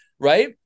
Right